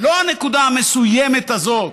לא הנקודה המסוימת הזאת.